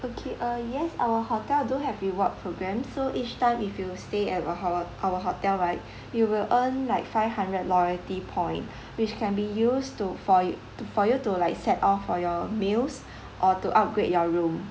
okay uh yes our hotel do have reward programme so each time if you stay at uh our our hotel right you will earn like five hundred loyalty point which can be used to for y~ to for you to like set off for your meals or to upgrade your room